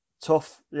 Tough